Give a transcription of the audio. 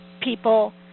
people